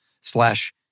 slash